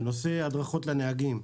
בנושא הדרכות לנהגים,